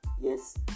yes